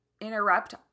interrupt